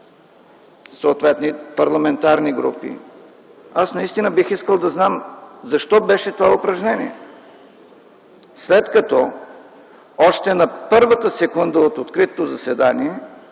съответните парламентарни групи. Наистина, бих искал да знам защо беше това упражнение?! Още на първата секунда от откритото заседание